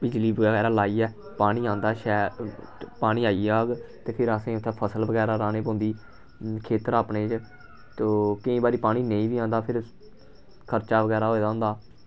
बिजली बगैरा लाइयै पानी औंदा शैल पानी आई जाग ते फिर असेंगी उत्थै फसल बगैरा लाने पौंदी खेतर अपने च तो केईं बारी पानी नेईं बी औंदा फिर खर्चा बगैरा होए दा होंदा